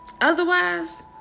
Otherwise